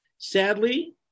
Sadly